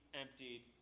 emptied